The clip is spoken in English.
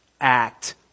act